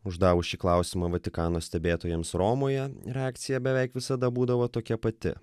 uždavus šį klausimą vatikano stebėtojams romoje reakcija beveik visada būdavo tokia pati